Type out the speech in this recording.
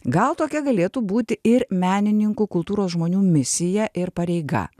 gal tokia galėtų būti ir menininkų kultūros žmonių misija ir pareiga